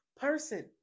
person